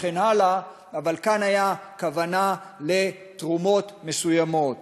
וכן הלאה, אבל כאן הייתה כוונה לתרומות מסוימות,